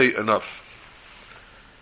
enough